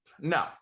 no